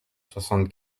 soixante